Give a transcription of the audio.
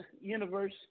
universe